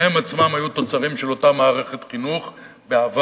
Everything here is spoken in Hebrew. שהם עצמם היו תוצרים של אותה מערכת חינוך בעבר,